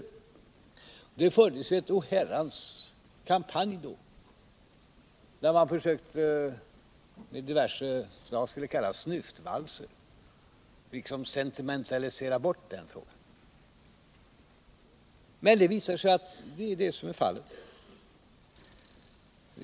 Då fördes en oherrans kampanj, där man försökte med diverse snyftvalser liksom sentimentalisera bort den frågan. Men det visar sig ju att det är det som är fallet.